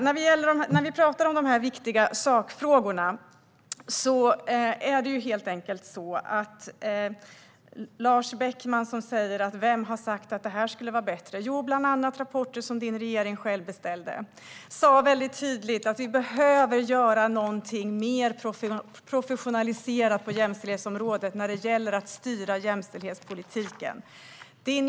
När det gäller de här viktiga sakfrågorna är det helt enkelt så här. Lars Beckman frågar vem som har sagt att det här skulle vara bättre. Jo, bland annat rapporter som er egen regering beställde. De sa tydligt att vi behöver göra någonting mer professionaliserat på jämställdhetsområdet när det gäller att styra jämställdhetspolitiken.